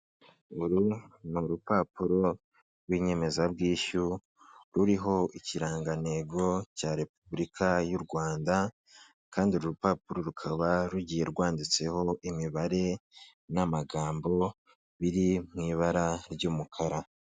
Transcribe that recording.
Uru n'urupapuro rw'inyemezabwishyu ruriho ikirangantego cya Repubulika y'u Rwanda, kandi uru rupapuro rukaba rugiye rwanditseho imibare n'amagambo biri mu ibara ry'umukara.